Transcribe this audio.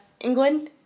England